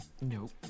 Nope